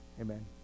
amen